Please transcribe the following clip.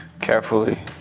Carefully